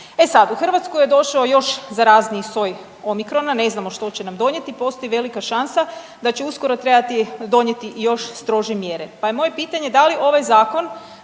E sad, u Hrvatsku je došao još zarazniji soj Omicrona, ne znamo što će nam donijeti, postoji velika šansa da će uskoro trebati donijeti i još strože mjere. Pa je moje pitanje da li ovaj zakon